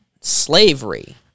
slavery